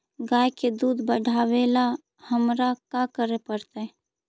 गाय के दुध बढ़ावेला हमरा का करे पड़तई?